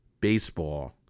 Baseball